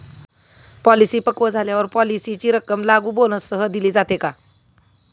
Policy पक्व झाल्यावर पॉलिसीची रक्कम लागू बोनससह दिली जाते का?